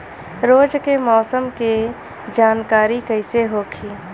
रोज के मौसम के जानकारी कइसे होखि?